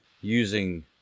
using